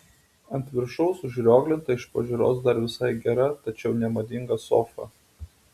ant viršaus užrioglinta iš pažiūros dar visai gera tačiau nemadinga sofa